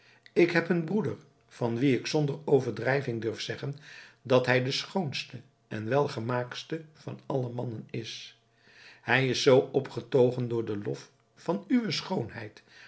ik heb een broeder van wien ik zonder overdrijving durf zeggen dat hij de schoonste en welgemaaktste van alle mannen is hij is zoo opgetogen door den lof van uwe schoonheid